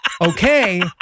Okay